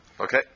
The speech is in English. Okay